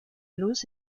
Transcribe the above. luz